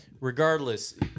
Regardless